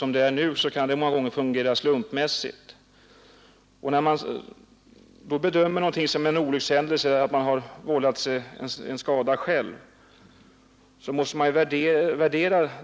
Som det nu är kan det nämligen många gånger bli ett slumpmässigt utfall i bedömningen av huruvida det är fråga om en olyckshändelse eller en självförvållad skada.